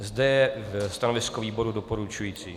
Zde je stanovisko výboru doporučující.